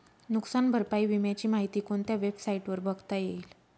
नुकसान भरपाई विम्याची माहिती कोणत्या वेबसाईटवर बघता येईल?